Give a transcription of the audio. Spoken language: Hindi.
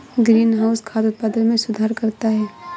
ग्रीनहाउस खाद्य उत्पादन में सुधार करता है